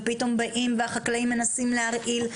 ופתאום באים והחקלאים מנסים להרעיל.